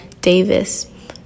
davis